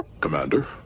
Commander